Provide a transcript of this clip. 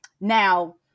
now